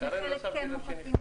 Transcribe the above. לחלק כן מוחקים,